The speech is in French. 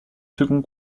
second